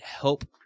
help